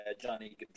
Johnny